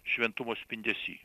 šventumo spindesy